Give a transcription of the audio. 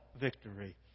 victory